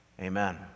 Amen